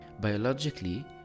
Biologically